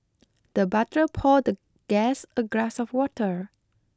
the butler poured the guest a glass of water